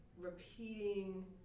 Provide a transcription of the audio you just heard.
repeating